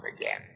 again